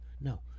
No